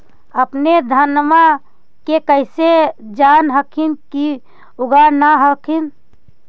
अपने धनमा के कैसे जान हखिन की उगा न हखिन?